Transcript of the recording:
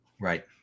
Right